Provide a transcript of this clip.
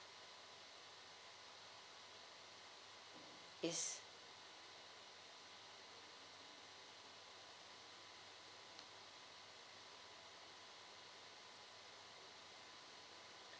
is